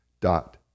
dot